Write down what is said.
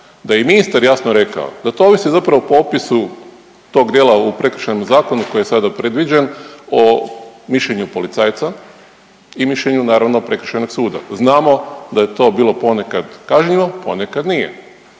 da je i ministar jasno rekao da to ovisi zapravo o popisu tog djela u Prekršajnom zakonu koji je sada predviđen o mišljenju policajca i mišljenju, naravno, prekršajnog suda. Znamo da je to bilo ponekad kažnjivo, ponekad nije.